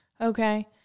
okay